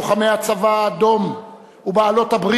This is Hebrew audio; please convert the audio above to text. לוחמי הצבא האדום ובעלות-הברית,